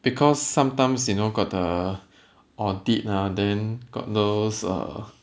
because sometimes you know got the audit ah then got those uh